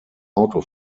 auto